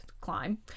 climb